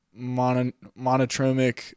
monotromic